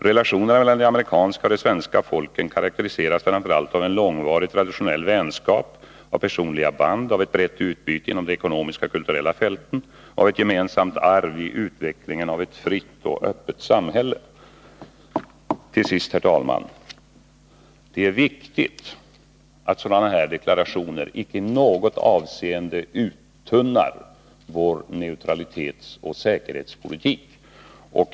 Relationerna mellan de amerikanska och de svenska folken karakteriseras framför allt av en långvarig traditionell vänskap, av personliga band, av ett brett utbyte inom de ekonomiska och kulturella fälten och av ett gemensamt arv i utvecklingen av ett fritt och öppet samhälle.” Till sist, herr talman! Det är viktigt att sådana här deklarationer icke i något avseende uttunnar vår neutralitetsoch säkerhetspolitik.